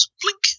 blink